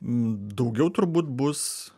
daugiau turbūt bus